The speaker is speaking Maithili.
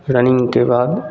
रनिन्गके बाद